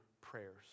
prayers